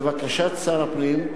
לבקשת שר הפנים,